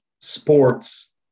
sports